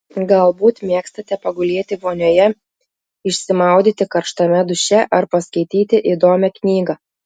galbūt mėgstate pagulėti vonioje išsimaudyti karštame duše ar paskaityti įdomią knygą